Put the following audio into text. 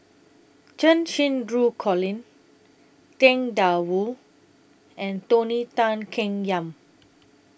Cheng Xinru Colin Tang DA Wu and Tony Tan Keng Yam